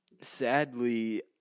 sadly